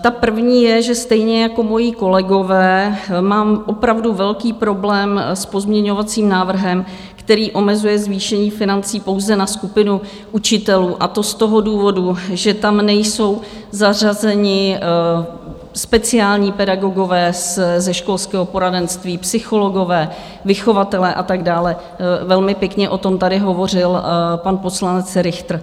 Ta první je, že stejně jako moji kolegové mám opravdu velký problém s pozměňovacím návrhem, který omezuje zvýšení financí pouze na skupinu učitelů, a to z toho důvodu, že tam nejsou zařazeni speciální pedagogové ze školského poradenství, psychologové, vychovatelé a tak dále, velmi pěkně o tom tady hovořil pan poslanec Richter.